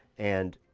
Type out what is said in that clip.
and